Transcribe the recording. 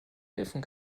helfen